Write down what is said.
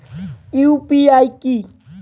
UPI কি?